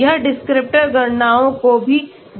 यह डिस्क्रिप्टर गणनाओं को भी देख सकता है